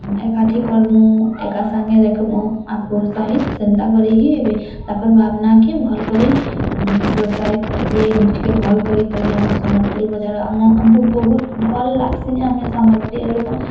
ଏକାଠି କର୍ମୁ ଏକା ସାଙ୍ଗେ ଦେଖିବୁଁ ଆଉ ପ୍ରୋତ୍ସାହିତ ସେନ୍ତା କରି ହି ଏବେ ତାଙ୍କର ଭାବନା କି ଭଲ୍ କରି ପ୍ରୋତ୍ସାହିତ କର୍ବେ ମିଶ୍କେ ଭଲ୍ କରି କର୍ବେ ଆମେ ସମ୍ୱଲପୁରୀ ବଜାର ଆମ ଆମକୁ ବହୁତ ଭଲ୍ ଲାଗ୍ସି ଆମେ ସମ୍ୱଲପୁରୀଆ ଲୋକ